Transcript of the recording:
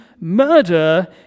murder